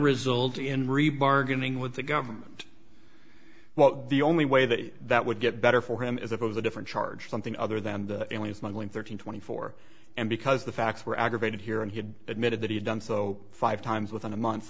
result in re bargaining with the government well the only way that that would get better for him is if it was a different charge something other than the alien smuggling thirteen twenty four and because the facts were aggravated here and he had admitted that he had done so five times within a month